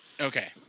Okay